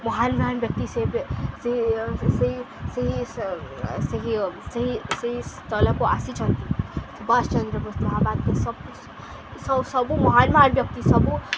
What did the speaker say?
ମହାନ ମହାନ ବ୍ୟକ୍ତି ସେ ସେ ସେହି ସେହି ସେହି ସେହି ସେହି ସ୍ଥଳକୁ ଆସିଛନ୍ତି ବାସ ସବ ସବୁ ମହାନ ମହାନ ବ୍ୟକ୍ତି ସବୁ